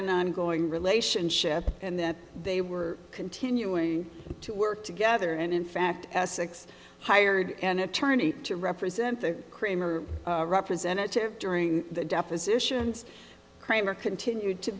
an ongoing relationship and that they were continuing to work together and in fact essex hired an attorney to represent the kramer representative during the depositions kramer continued to